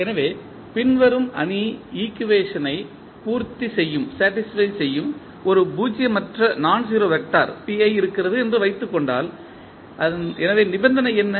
எனவே பின்வரும் அணி ஈக்குவேஷன் ஐ பூர்த்தி செய்யும் ஒரு பூஜ்ஜியமற்ற வெக்டர் இருக்கிறது என்று வைத்துக் கொண்டால் எனவே நிபந்தனை என்ன